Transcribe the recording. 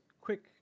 quick